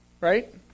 Right